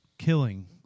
Killing